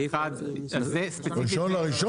1 בינואר?